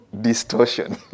distortion